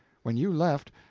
when you left,